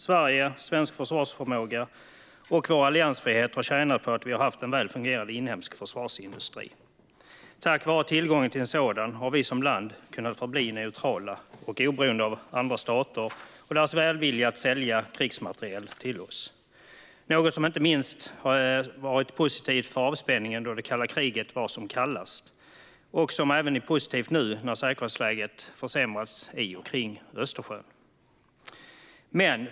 Sverige, svensk försvarsförmåga och vår alliansfrihet har tjänat på att vi har haft en väl fungerande inhemsk försvarsindustri. Tack vare tillgången till en sådan har vi som land kunnat förbli neutrala och oberoende av andra staters vilja att sälja krigsmateriel till oss - något som inte minst var positivt för avspänningen när kalla kriget var som kallast och som även är positivt nu när säkerhetsläget kring Östersjön har försämrats.